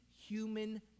human